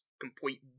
complete